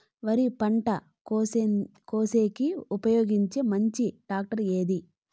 వరి పంట కోసేకి ఉపయోగించే మంచి టాక్టర్ ఏది?